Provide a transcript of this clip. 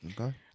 Okay